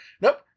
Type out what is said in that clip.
nope